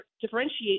differentiate